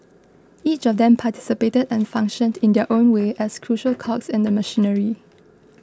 each of them participated and functioned in their own way as crucial cogs in the machinery